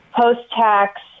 post-tax